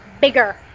bigger